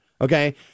Okay